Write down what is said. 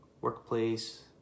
workplace